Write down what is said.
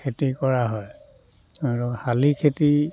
খেতি কৰা হয় আৰু শালি খেতি